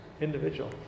individual